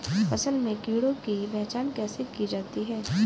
फसल में कीड़ों की पहचान कैसे की जाती है?